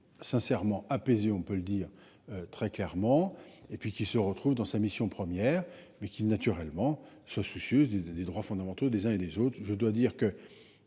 sincèrement apaisé. On peut le dire très clairement et puis qui se retrouvent dans sa mission première mais qui naturellement se soucieuse des droits fondamentaux des uns et des autres, je dois dire que.